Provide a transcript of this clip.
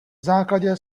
základě